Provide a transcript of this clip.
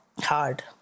Hard